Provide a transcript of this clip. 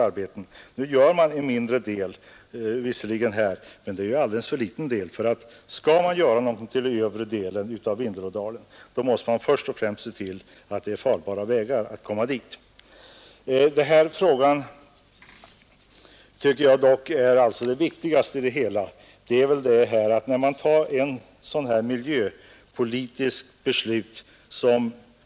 Visserligen har arbetet påbörjats i viss utsträckning men det är alldeles för litet. Skall man göra någonting för övre delen av Vindelådalen, då måste man först se till att det finns farbara vägar i området. Jag tycker emellertid att man har förbisett det viktigaste i den här frågan.